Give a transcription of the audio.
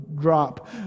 drop